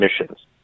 missions